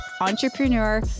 entrepreneur